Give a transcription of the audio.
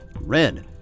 Red